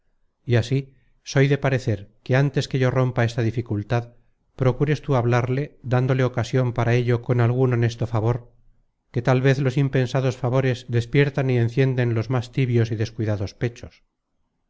y así soy de parecer que antes que yo rompa esta dificultad procures tú hablarle dándole oca sion para ello con algun honesto favor que tal vez los impensados favores despiertan y encienden los más tibios y descuidados pechos